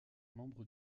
membre